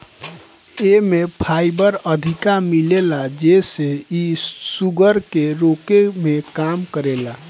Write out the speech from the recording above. एमे फाइबर अधिका मिलेला जेसे इ शुगर के रोके में काम करेला